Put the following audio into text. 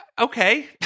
Okay